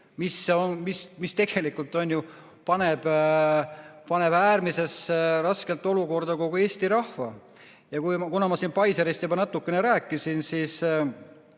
mis tegelikult paneb äärmiselt raskesse olukorda kogu Eesti rahva. Ja kuna ma siin Pfizerist juba natukene rääkisin, siis